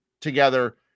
together